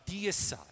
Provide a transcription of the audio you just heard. deicide